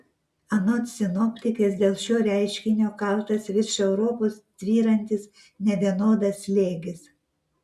anot sinoptikės dėl šio reiškinio kaltas virš europos tvyrantis nevienodas slėgis